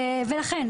ולכן,